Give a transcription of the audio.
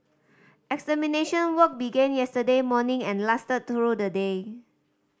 extermination work begin yesterday morning and lasted through the day